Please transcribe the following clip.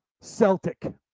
Celtic